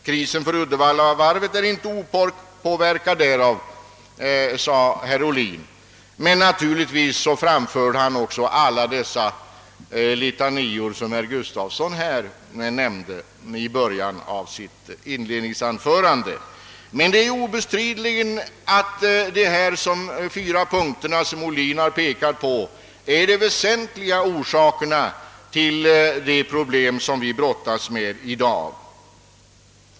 »Krisen för Uddevallavarvet är inte opåverkad därav», sade herr Ohlin. Men givetvis drog han också samma litanior som herr Gustafson i Göteborg gjorde i början av sitt anförande i dag. Obestridligt är dock att de fyra punkter som herr Ohlin pekade på är de väsentliga orsakerna till de problem vi i dag brottas med.